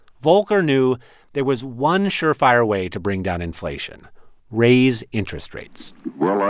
volcker knew there was one surefire way to bring down inflation raise interest rates well, ah